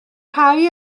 cau